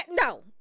No